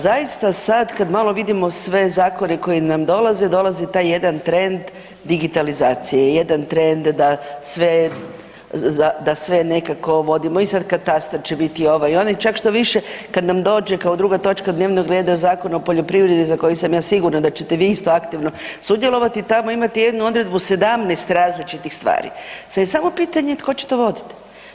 Zaista sad kad malo vidimo sve zakone koji nam dolaze, dolazi taj jedan trend digitalizacije, jedan trend da sve nekako vodimo i sad katastar će biti ovaj, onaj, čak štoviše kad nam dođe kao druga točka dnevnog reda Zakon o poljoprivredi za koji sam ja sigurna da ćete vi isto aktivno sudjelovati, tamo imate jednu odredbu 17 različitih stvari, sad je samo pitanje tko će to voditi.